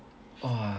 !wah!